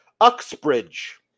Uxbridge